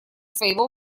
своего